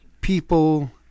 people